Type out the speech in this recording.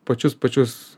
pačius pačius